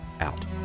out